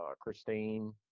Christine